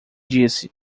disse